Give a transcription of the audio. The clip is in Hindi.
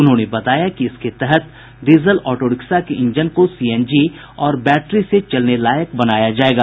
उन्होंने बताया कि इसके तहत डीजल ऑटोरिक्शा के इंजन को सीएनजी और बैटरी से चलने लायक बनाया जायेगा